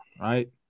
right